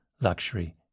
Luxury